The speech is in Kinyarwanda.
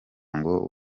ngo